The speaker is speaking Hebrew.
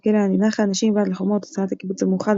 בכלא אני נחה נשים מבעד לחומות, הוצאת הקיבוץ המאוחד,